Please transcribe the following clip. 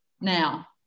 now